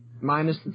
minus